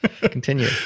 continue